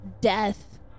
death